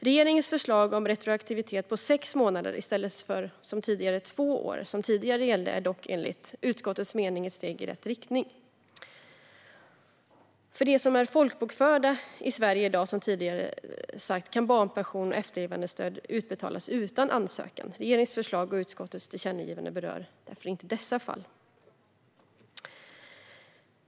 Regeringens förslag om en retroaktivitet på sex månader i stället för, som tidigare, två år är dock enligt utskottets mening ett steg i rätt riktning. För dem som är folkbokförda i Sverige i dag kan, som tidigare sagts, barnpension och efterlevandestöd utbetalas utan ansökan. Regeringens förslag och utskottets tillkännagivande berör därför inte dessa fall.